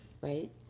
right